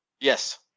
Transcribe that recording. Yes